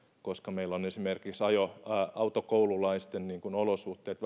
koska meillä ovat esimerkiksi autokoululaisten olosuhteet